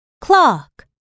clock